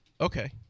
Okay